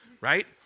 Right